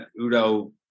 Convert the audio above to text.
Udo